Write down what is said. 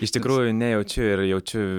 iš tikrųjų nejaučiau ir jaučiu